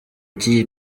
cy’iyi